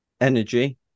energy